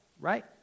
right